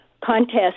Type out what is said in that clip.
contest